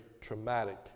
traumatic